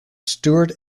stuart